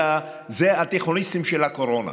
התיכוניסטים של הקורונה,